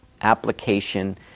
Application